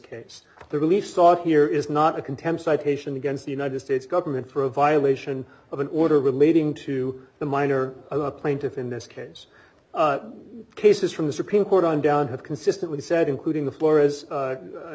case the release thought here is not a contempt citation against the united states government for a violation of an order relating to the minor plaintiffs in this case cases from the supreme court on down have consistently said including the flo